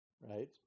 Right